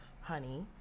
honey